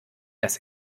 das